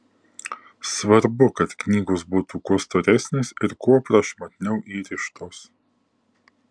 svarbu kad knygos būtų kuo storesnės ir kuo prašmatniau įrištos